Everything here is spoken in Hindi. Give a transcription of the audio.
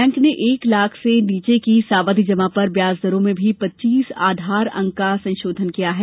बैंक ने एक लाख से नीचे की सावधि जमा पर ब्याज दरों में भी पच्चीस आधार अंक का संशोधन किया है